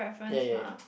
ya ya ya